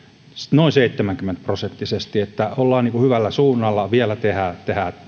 noin seitsemänkymmentä prosenttisesti niin että olemme hyvällä suunnalla vielä tehdään